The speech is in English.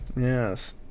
Yes